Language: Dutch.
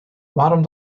waarom